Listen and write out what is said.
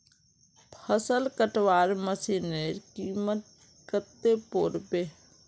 फसल कटवार मशीनेर कीमत कत्ते पोर बे